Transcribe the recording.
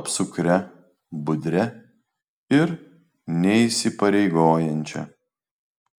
apsukria budria ir neįsipareigojančia